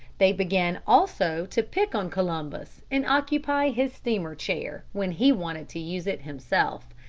they began also to pick on columbus and occupy his steamer-chair when he wanted to use it himself.